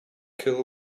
kill